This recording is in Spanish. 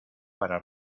para